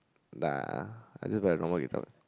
nah I just don't have normal guitar